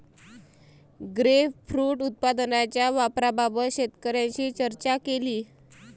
grapefruit उत्पादनाच्या वापराबाबत शेतकऱ्यांशी चर्चा केली